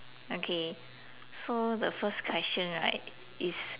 okay so the first question right is